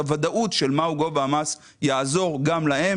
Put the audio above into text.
הוודאות של מה הוא גובה המס יעזור למי שמוכרים את אותם מוצרים,